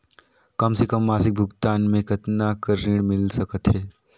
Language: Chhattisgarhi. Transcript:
कम से कम मासिक भुगतान मे कतना कर ऋण मिल सकथे?